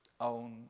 own